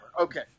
okay